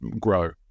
grow